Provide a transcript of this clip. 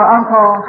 Uncle